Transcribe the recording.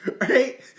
right